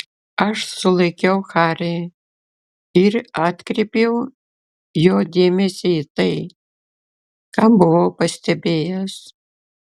aš sulaikiau harį ir atkreipiau jo dėmesį į tai ką buvau pastebėjęs